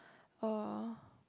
oh